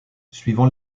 suivant